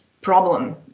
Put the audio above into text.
problem